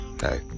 Hey